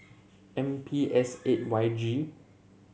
M P S eight Y G